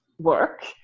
work